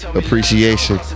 appreciation